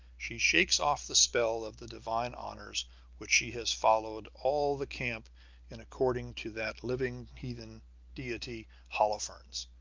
she shakes off the spell of the divine honors which she has followed all the camp in according to that living heathen deity holofernes,